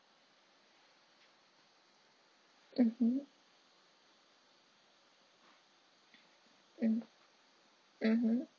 mmhmm mm mmhmm